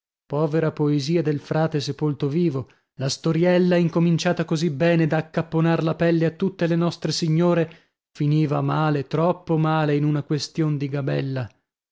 povera poesia del frate sepolto vivo la storiella incominciata così bene da accapponar la pelle a tutte le nostre signore finiva male troppo male in una question di gabella